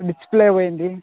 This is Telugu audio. డిస్ప్లే పోయింది